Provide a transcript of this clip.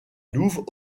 louve